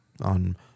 on